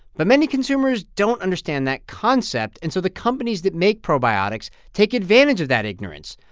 but many consumers don't understand that concept, and so the companies that make probiotics take advantage of that ignorance.